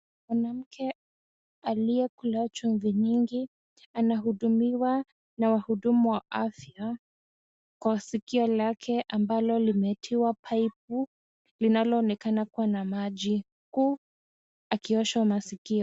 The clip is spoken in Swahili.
Mwanamke aliyekula chumvi nyingi anahudumiwa na mhudumu wa afya kwa sikio lake ambalo limetiwa piipu linaloonekana kuwa na maji, huu akioshwa masikio.